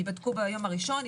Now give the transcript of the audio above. ייבדקו ביום הראשון,